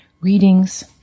readings